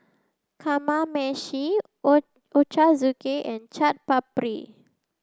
Kamameshi Ochazuke and Chaat Papri